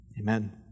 Amen